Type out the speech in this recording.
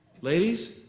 Ladies